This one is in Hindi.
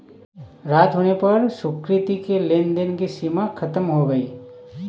रात होने पर सुकृति की लेन देन की सीमा खत्म हो गई